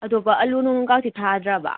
ꯑꯇꯣꯞꯄ ꯑꯥꯂꯨ ꯅꯨꯡ ꯀꯥꯗꯤ ꯊꯥꯗ꯭ꯔꯕ